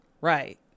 Right